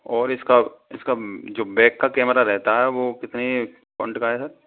और इसका इसका जो बैक का कैमरा रहता है वो कितनी पॉइंट का है सर